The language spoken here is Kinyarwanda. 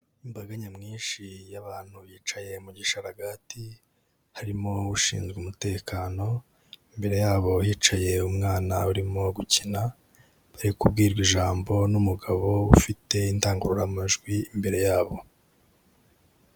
Imbaga nyamwinshi y'abantu bicaye mu mugisharagati, harimo ushinzwe umutekano, imbere yabo hicaye umwana arimo gukina, bari kubwirwa ijambo n'umugabo ufite indangururamajwi imbere yabo.